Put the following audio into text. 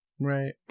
right